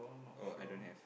oh I don't have